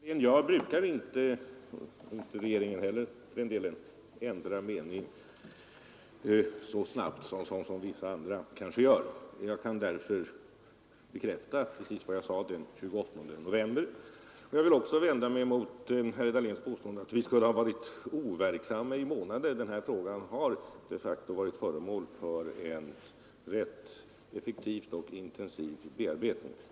Herr talman! Jag brukar inte — inte regeringen heller för den delen — ändra mening så snabbt som vissa andra kanske gör. Jag kan därför bekräfta precis vad jag sade den 28 november. Jag vill också vända mig mot herr Dahléns påstående att vi skulle ha varit overksamma i månader. Den här frågan har de facto varit föremål för en rätt effektiv och intensiv bearbetning.